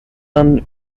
dann